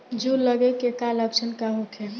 जूं लगे के का लक्षण का होखे?